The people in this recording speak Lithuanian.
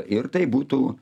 ir tai būtų